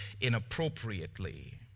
inappropriately